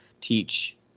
teach